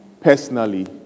personally